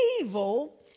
evil